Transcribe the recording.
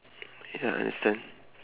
ya understand